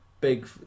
big